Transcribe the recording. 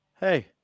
hey